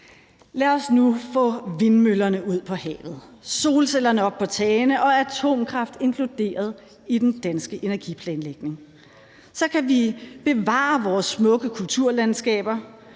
Lad os nu få vindmøllerne ud på havet, solcellerne op på tagene og atomkraft inkluderet i den danske energiplanlægning. Så kan vi bevare vores smukke kulturlandskaber,